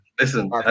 Listen